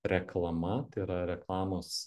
reklama tai yra reklamos